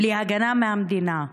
בלי הגנה מהמדינה.